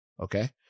okay